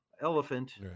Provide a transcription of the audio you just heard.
elephant